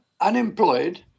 unemployed